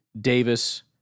Davis